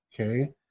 okay